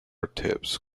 tips